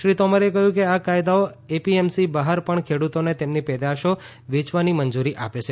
શ્રી તોમરે કહ્યું કે આ કાયદાઓ એપીએમસી બહાર પણ ખેડ્રતોને તેમની પેદાશો વેચવાની મંજૂરી આપે છે